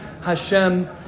Hashem